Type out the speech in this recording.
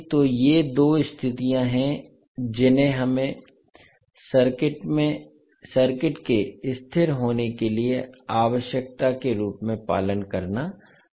तो ये दो स्थितियां हैं जिन्हें हमें सर्किट के स्थिर होने के लिए आवश्यकता के रूप में पालन करना होगा